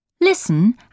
Listen